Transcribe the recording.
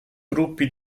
gruppi